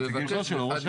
כן,